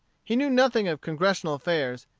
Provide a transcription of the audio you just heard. he knew nothing of congressional affairs,